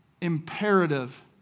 imperative